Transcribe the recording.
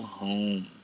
Home